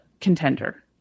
contender